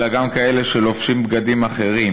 אלא גם כאלה שלובשים בגדים אחרים,